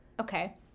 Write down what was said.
Okay